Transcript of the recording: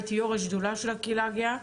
הייתי יו"ר השדולה של הקהילה הגאה,